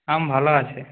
আম ভালো আছে